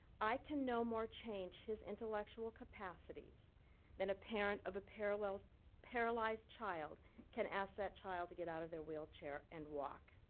i can no more change his intellectual capacities than a parent of a parallel paralyzed child can ask that child to get out of their wheelchair and walk.